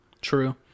True